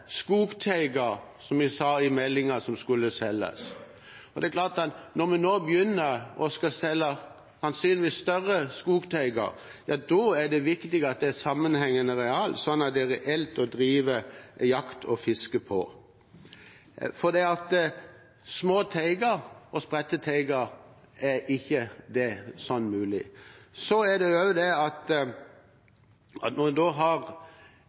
skogteiger, som vi sa i meldingen, som skulle selges. Det er klart at når vi nå begynner å skulle selge sannsynligvis større skogteiger, da er det viktig at det er et sammenhengende areal, sånn at det er reelt å kunne drive jakt og fiske, for på små og spredte teiger er ikke det mulig. Det vi har sagt når det gjelder spredte teiger, er at vi ser – ut fra de signalene – at målet er nesten nådd. Da har